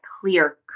clear